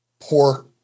poor